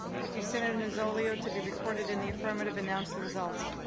thank you, senator nozzolio. to be recorded in the affirmative. announce the result.